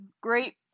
great